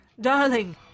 Darling